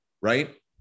right